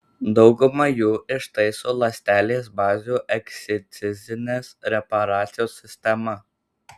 daugumą jų ištaiso ląstelės bazių ekscizinės reparacijos sistema